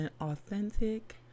authentic